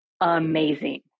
amazing